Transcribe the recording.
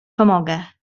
pomogę